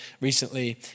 recently